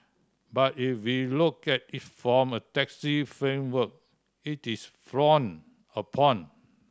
but if we look at it from a taxi framework it is frowned upon